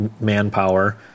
manpower